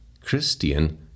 Christian